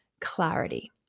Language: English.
clarity